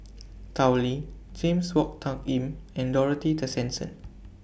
Tao Li James Wong Tuck Yim and Dorothy Tessensohn